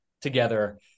together